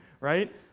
Right